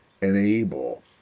enable